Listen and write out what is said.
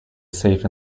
safe